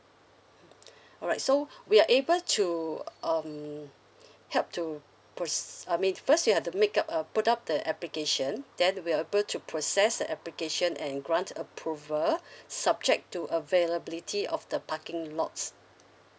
mm alright so we are able to um help to proce~ I mean first you have to make up a put up the application then we're able to process the application and grant approval subject to availability of the parking lots